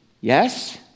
Yes